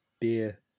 Beer